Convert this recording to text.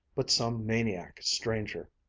but some maniac stranger.